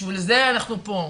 בשביל זה אנחנו פה.